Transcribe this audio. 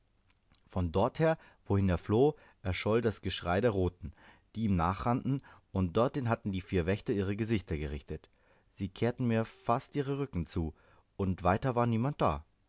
von dorther wohin er floh erscholl das geschrei der roten die ihm nachrannten und dorthin hatten die vier wächter ihre gesichter gerichtet sie kehrten mir fast ihre rücken zu und weiter war niemand da